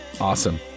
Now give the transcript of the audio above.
Awesome